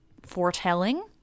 foretelling